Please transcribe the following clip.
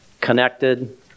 connected